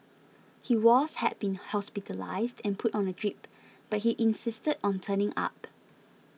he was had been hospitalised and put on a drip but he insisted on turning up